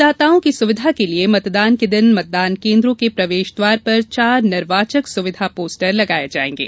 मतदाताओं की सुविधा के लिये मतदान के दिन मतदान केन्द्रों के प्रवेश द्वार पर चार निर्वाचक सुविधा पोस्टर लगाये जायेंगे